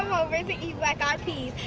over to eat black-eyed peas,